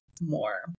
more